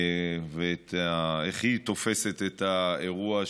ואיך היא תופסת את האירוע,